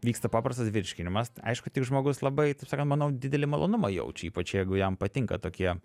vyksta paprastas virškinimas aišku tik žmogus labai taip sakant manau didelį malonumą jaučia ypač jeigu jam patinka tokie